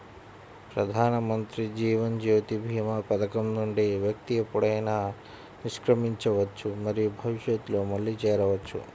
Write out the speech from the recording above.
ప్రధానమంత్రి జీవన్ జ్యోతి భీమా పథకం నుండి వ్యక్తి ఎప్పుడైనా నిష్క్రమించవచ్చు మరియు భవిష్యత్తులో మళ్లీ చేరవచ్చు